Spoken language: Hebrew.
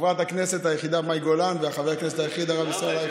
חברת כנסת היחידה מאי גולן וחבר הכנסת היחיד הרב ישראל אייכלר.